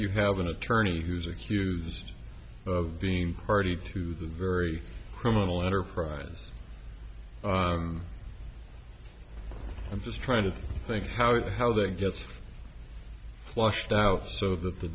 you have an attorney who's accused of being party to the very criminal enterprise i'm just trying to think how it how that gets flushed out so that the